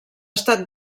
estat